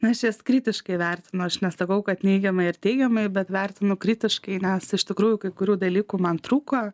na aš jas kritiškai vertinu aš nesakau kad neigiamai ar teigiamai bet vertinu kritiškai nes iš tikrųjų kai kurių dalykų man trūko